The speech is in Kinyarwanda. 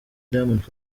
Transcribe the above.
diamond